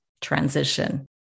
transition